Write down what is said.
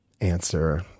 answer